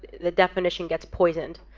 the definition gets poisoned,